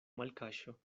malkaŝo